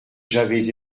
j’avais